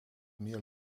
meer